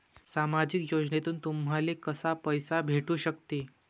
सामाजिक योजनेतून तुम्हाले कसा पैसा भेटू सकते?